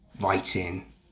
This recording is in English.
writing